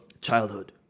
childhood